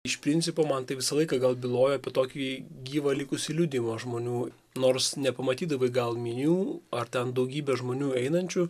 iš principo man tai visą laiką gal bylojo apie tokį gyvą likusį liudijimą žmonių nors nepamatydavai gal minių ar ten daugybę žmonių einančių